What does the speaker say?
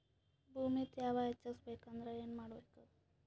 ಭೂಮಿ ತ್ಯಾವ ಹೆಚ್ಚೆಸಬೇಕಂದ್ರ ಏನು ಮಾಡ್ಬೇಕು?